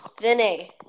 Vinny